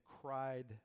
cried